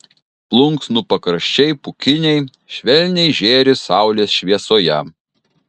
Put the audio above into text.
plunksnų pakraščiai pūkiniai švelniai žėri saulės šviesoje